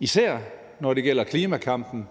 især når det gælder klimakampen